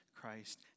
Christ